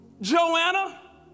Joanna